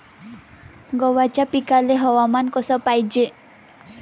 गव्हाच्या पिकाले हवामान कस पायजे?